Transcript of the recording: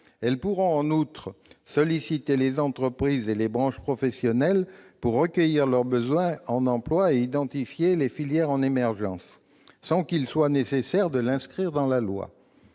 Elles pourront, en outre, solliciter les entreprises et les branches professionnelles pour recueillir leurs besoins en emplois et identifier les filières en émergence, sans qu'il soit nécessaire de l'inscrire dans la loi.